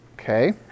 Okay